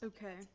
Okay